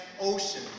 ocean